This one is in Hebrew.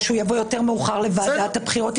או שהוא יבוא יותר מאוחר לוועדת הבחירות.